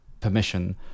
permission